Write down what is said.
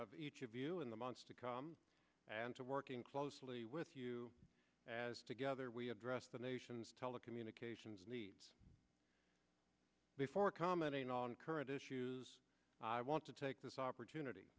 of each of you in the months to come and to working closely with you as together we address the nation's telecommunications needs before commenting on current issues i want to take this opportunity